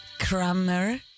Kramer